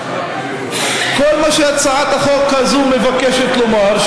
כל מה שהצעת החוק הזו מבקשת לומר,